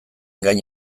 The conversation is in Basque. gain